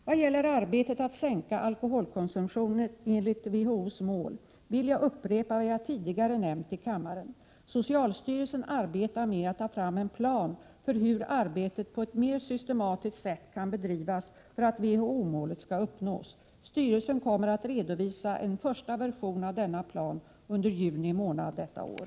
Vad gäller arbetet att sänka alkoholkonsumtionen enligt WHO:s mål vill jag upprepa vad jag tidigare nämnt i kammaren: Socialstyrelsen arbetar med att ta fram en plan för hur arbetet på ett mer systematiskt sätt kan bedrivas för att WHO-målet skall uppnås. Styrelsen kommer att redovisa en första version av denna plan under juni månad detta år.